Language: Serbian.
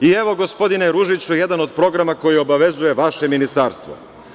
I, evo gospodine Ružiću, jedan od programa koji obavezuje vaše ministarstvo.